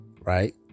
right